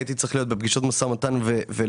הייתי צריך להיות בשיחות משא ומתן ולראות